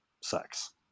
sex